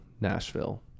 Nashville